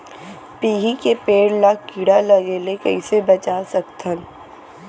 बिही के पेड़ ला कीड़ा लगे ले कइसे बचा सकथन?